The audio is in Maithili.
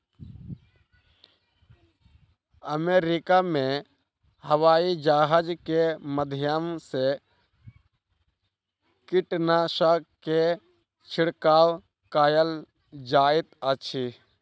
अमेरिका में हवाईजहाज के माध्यम से कीटनाशक के छिड़काव कयल जाइत अछि